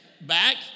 back